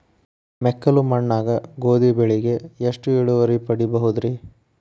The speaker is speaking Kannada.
ಮೆಕ್ಕಲು ಮಣ್ಣಾಗ ಗೋಧಿ ಬೆಳಿಗೆ ಎಷ್ಟ ಇಳುವರಿ ಪಡಿಬಹುದ್ರಿ?